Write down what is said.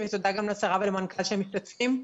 תודה גם לשרה ולמנכ"ל שמשתתפים בדיון.